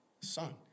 Son